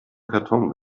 karton